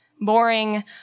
boring